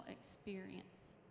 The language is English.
experience